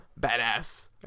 badass